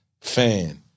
fan